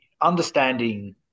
understanding